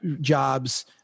jobs